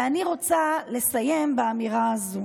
אני רוצה לסיים באמירה הזו: